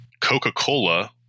Coca-Cola